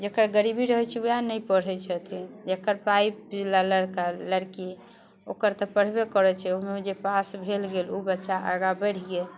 जकर गरीबी रहैत छै उएह नहि पढ़ैत छथिन जकर पाइ जे लड़का लड़की ओकर तऽ पढ़बे करैत छै ओहिमे जे पास भेल गेल ओ बच्चा आगाँ बढ़ि गेल